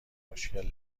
مشکل